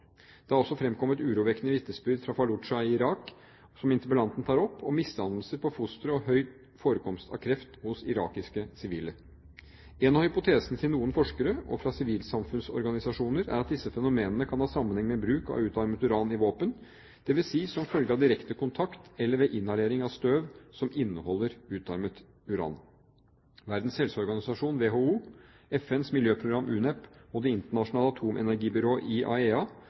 Det har også fremkommet urovekkende vitnesbyrd fra Fallujah i Irak, som interpellanten tar opp, og misdannelser på fostre og høy forekomst av kreft hos irakiske sivile. En av hypotesene til noen forskere og sivilsamfunnsorganisasjoner er at disse fenomenene kan ha sammenheng med bruk av utarmet uran i våpen, det vil si som følge av direkte kontakt eller ved inhalering av støv som inneholder utarmet uran. Verdens helseorganisasjon, WHO, FNs miljøprogram, UNEP, og Det internasjonale atomenergibyrået,